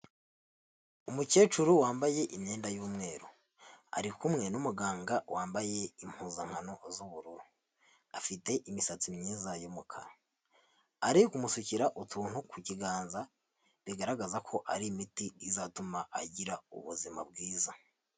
Umukecuru wambaye imyenda y'umweru. Ari kumwe n'umuganga wambaye impuzankano z'ubururu. Afite imisatsi myiza y'umukara. Ari kumusukira utuntu ku kiganza, bigaragaza ko ari imiti izatuma agira ubuzima bwiza.